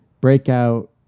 breakout